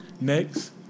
Next